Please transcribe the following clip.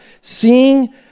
seeing